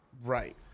Right